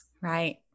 Right